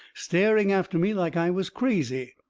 staring after me like i was crazy.